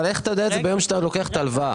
אבל איך אתה יודע את זה ביום שאתה לוקח את ההלוואה?